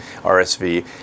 rsv